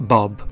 Bob